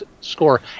score